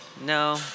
no